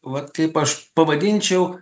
vat kaip aš pavadinčiau